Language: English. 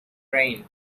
rain